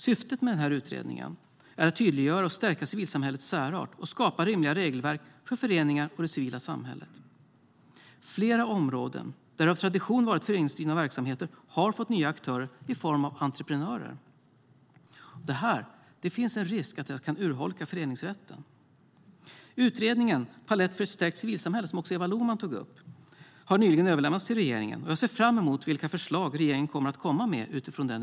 Syftet med denna utredning är att tydliggöra och stärka civilsamhällets särart och skapa rimliga regelverk för föreningar och det civila samhället. Flera områden där det av tradition varit föreningsdrivna verksamheter har fått nya aktörer i form av entreprenörer. Det finns en risk att det här urholkar föreningsrätten. Utredningen Palett för ett stärkt civilsamhälle , som också Eva Lohman tog upp, har nyligen överlämnats till regeringen. Jag ser fram emot de förslag regeringen kommer att komma med utifrån den.